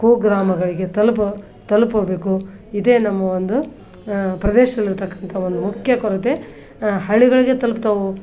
ಕುಗ್ರಾಮಗಳಿಗೆ ತಲುಪೋ ತಲುಪಬೇಕು ಇದೇ ನಮ್ಮ ಒಂದು ಪ್ರದೇಶ್ದಲ್ಲಿ ಇರತಕ್ಕಂಥ ಒಂದು ಮುಖ್ಯ ಕೊರತೆ ಹಳ್ಳಿಗಳಿಗೆ ತಲುಪ್ತವೆ